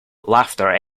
laughter